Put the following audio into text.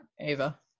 Ava